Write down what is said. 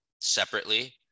separately